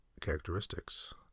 characteristics